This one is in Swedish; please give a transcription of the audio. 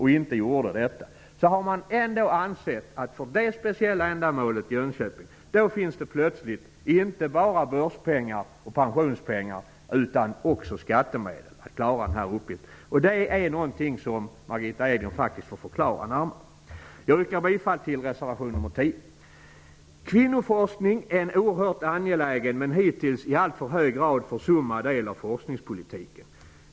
Man gjorde inte detta, men anser ändå att det för det speciella ändamålet Jönköping plötsligt finns inte bara börs och pensionspengar utan också skattemedel. Det är någonting som Margitta Edgren får förklara närmare. Jag yrkar bifall till reservation 10. Kvinnoforskning är en oerhört angelägen men hittills i alltför hög grad försummad del av forskningspolitiken.